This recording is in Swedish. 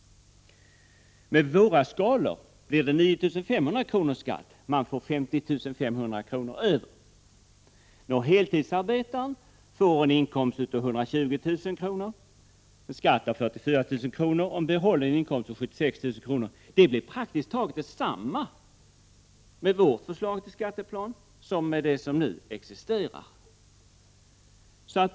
Med våra skatteskalor blir det 9 500 kr. i skatt, man får 50 500 kr. över. Nå, heltidsarbetaren får en inkomst av 120 000 kr., en skatt av 44 000 kr. och en behållen inkomst av 76 000 kr. Det blir praktiskt taget detsamma med vårt förslag till skatteplan som med den som nu existerar.